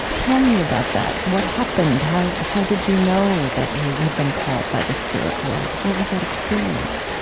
tell me about that. what happened? how, how did you know that you had been called by the spirit world? what was that experience?